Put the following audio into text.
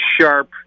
sharp